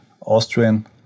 Austrian